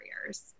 barriers